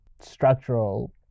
structural